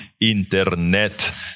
internet